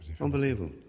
Unbelievable